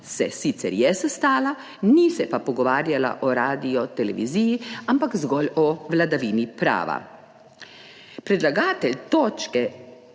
se sicer je sestala, ni se pa pogovarjala o radioteleviziji ampak zgolj o vladavini prava. Predlagatelj točke